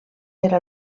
era